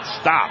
Stop